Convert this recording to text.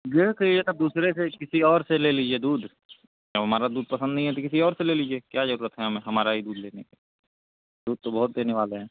डेढ़ कहिए तब दूसरे से किसी और से ले लीजिए दूध जब हमारा दूध पसंद नहीं है तो किसी और से ले लीजिए क्या जरूरत है हमें हमारा ही दूध लेने की दूध तो बहुत देने वाले हैं